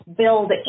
build